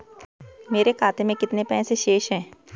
मेरे खाते में कितने पैसे शेष हैं?